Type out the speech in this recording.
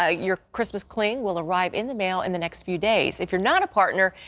ah you're christmas cling will arrive in the mail in the next few days. if you're not a partner,